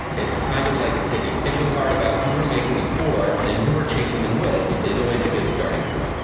it's kind of like a city, thinking hard about who we're making them for, and who we're changing them with is always a good starting point.